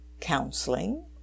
counseling